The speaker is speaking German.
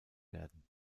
werden